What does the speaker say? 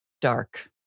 dark